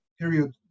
period